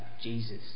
Jesus